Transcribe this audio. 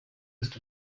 ist